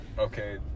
Okay